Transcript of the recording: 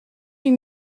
huit